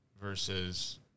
versus